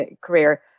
career